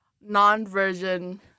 non-version